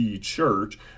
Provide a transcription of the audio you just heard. church